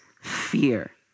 fear